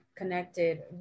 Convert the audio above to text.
connected